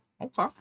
okay